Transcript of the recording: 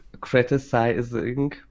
criticizing